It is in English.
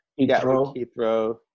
Heathrow